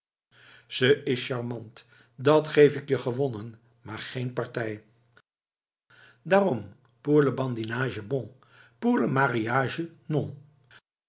ze is charmant dat geef ik je gewonnen maar geen partij daarom pour le badinage bon pour le mariage non